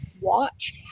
watch